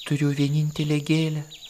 turiu vienintelę gėlę